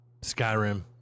Skyrim